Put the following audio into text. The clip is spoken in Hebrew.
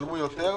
ותשלמו יותר,